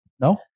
No